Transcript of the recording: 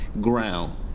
ground